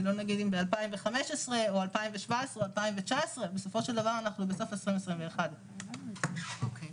ולא נגיד אם ב-2015 או 2017 או 2019. בסופו של דבר אנחנו בסוף 2021. אוקי.